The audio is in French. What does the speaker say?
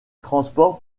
transports